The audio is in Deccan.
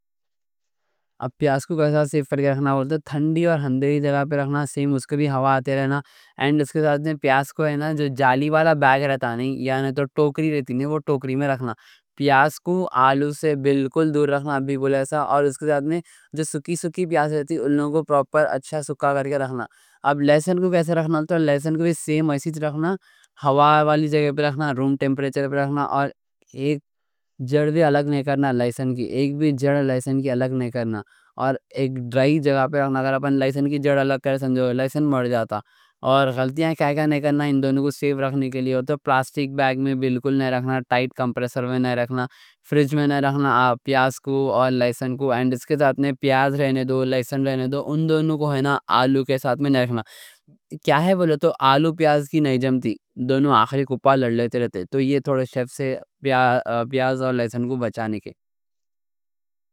پیاز کو ایسے سیف کرنا بولتا ہے ٹھنڈی اور اندھیری جگہ پر رکھنا اس کے بھی ہوا آتے رہنا اور پیاز کو جالی والا بیگ یعنی ٹوکری میں رکھنا پیاز کو آلو سے بالکل دور رکھنا بولے ایسا سوکی سوکی پیاز رہتی انہوں کو پروپر اچھا سوکھا کرکے رکھنا لیسن کو کیسے رکھنا ہوتا ہے لیسن کو بھی سیم ایسی جگہ رکھنا ہوا والی جگہ پر رکھنا روم ٹیمپریچر پر رکھنا اور ایک جڑ بھی الگ نہیں کرنا لیسن کی ایک بھی جڑ لیسن کی الگ نہیں کرنا اور ایک ڈرائی جگہ پر رکھنا اگر آپ نے لیسن کی جڑ الگ کریں سنجھو لیسن مُڑ جاتا اور غلطیاں کیکا نہیں کرنا ان دونوں کو سیف رکھنے کے لیے پلاسٹک بیگ میں بالکل نہیں رکھنا ٹائٹ کمپریسر میں نہیں رکھنا پیاز اور لیسن کو آلو کے ساتھ نہیں رکھنا اس کے ساتھ پیاز رہنے دو لیسن رہنے کے لیے